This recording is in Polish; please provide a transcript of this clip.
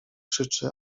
krzyczy